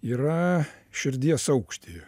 yra širdies aukštyje